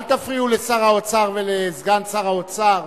אל תפריעו לשר האוצר ולסגן שר האוצר.